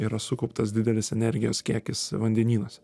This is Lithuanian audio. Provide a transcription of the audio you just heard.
yra sukauptas didelis energijos kiekis vandenynuose